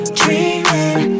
dreaming